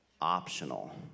optional